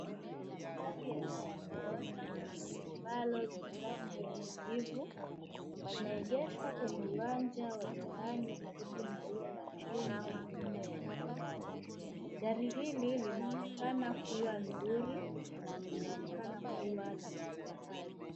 Gari aina ya Toyota, ambalo lina rangi ya kijivu, limeegeshwa kwenye uwanja wa nyumbani karibu na ua wa chuma na nyumba ya mawe. Gari hili linaonekana kuwa nzuri na linaonekana kuwa la kifahari.